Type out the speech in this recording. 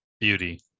Beauty